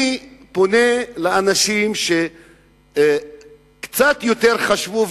אני פונה לאנשים שקצת יותר חשבו,